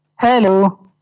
Hello